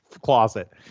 closet